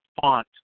font